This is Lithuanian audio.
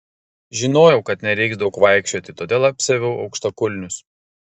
žinojau kad nereiks daug vaikščioti todėl apsiaviau aukštakulnius